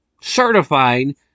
certifying